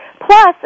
Plus